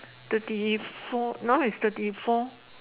thirty four now is thirty four